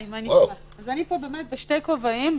אני פה בשני כובעים,